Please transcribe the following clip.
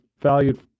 valued